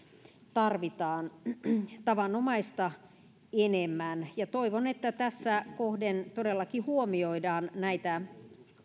tarvitaan tavanomaista enemmän toivon että tässä kohden todellakin huomioidaan näitä